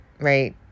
right